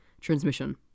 Transmission